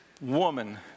woman